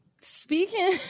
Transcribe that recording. Speaking